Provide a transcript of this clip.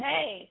Hey